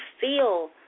feel